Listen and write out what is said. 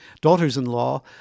daughters-in-law